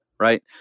Right